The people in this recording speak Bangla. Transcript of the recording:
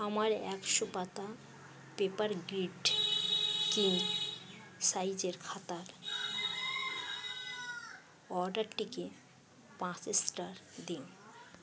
আমার একশো পাতা পেপারগ্রিড কিং সাইজের খাতার অর্ডারটিকে পাঁচ স্টার দিন